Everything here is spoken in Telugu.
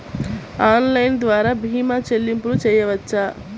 ఆన్లైన్ ద్వార భీమా చెల్లింపులు చేయవచ్చా?